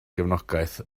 gefnogaeth